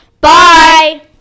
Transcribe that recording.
Bye